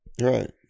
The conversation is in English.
Right